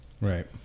Right